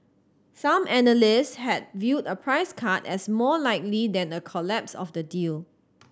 some analyst had viewed a price cut as more likely than a collapse of the deal